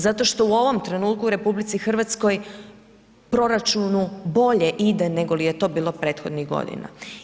Zato što u ovom trenutku u RH proračunu bolje ide nego li je to bilo prethodnih godina.